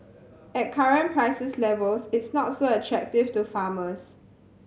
at current prices levels it's not so attractive to farmers